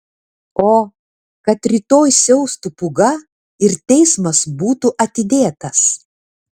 o kad rytoj siaustų pūga ir teismas būtų atidėtas